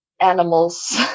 animals